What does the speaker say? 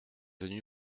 venu